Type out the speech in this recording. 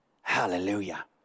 Hallelujah